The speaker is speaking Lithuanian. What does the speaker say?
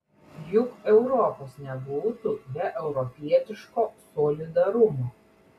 juk europos nebūtų be europietiško solidarumo